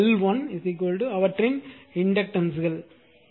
இது எல் 1 அவற்றின் இண்டக்டன்ஸ் கள்